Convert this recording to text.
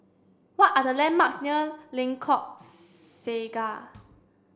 what are the landmarks near Lengkok Saga